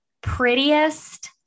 prettiest